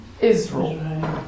Israel